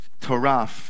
Torah